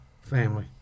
family